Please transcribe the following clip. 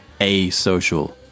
asocial